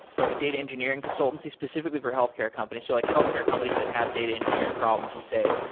like a data engineering consultancy specifi cally for healthcare companies. so like healthcare companies that have data engineering problems. you say,